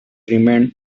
remained